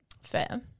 Fair